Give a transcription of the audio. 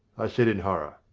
i said in horror.